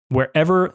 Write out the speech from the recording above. Wherever